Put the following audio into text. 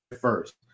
first